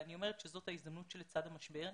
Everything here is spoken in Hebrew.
אני אומרת שזו ההזדמנות שלצד המשבר.